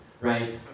right